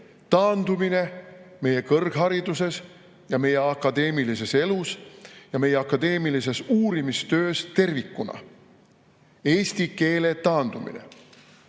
taandumine meie kõrghariduses ja meie akadeemilises elus, meie akadeemilises uurimistöös tervikuna. Eesti keele taandumine! Sellel